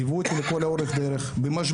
ליוו אותי לאורך כל הדרך במשברים,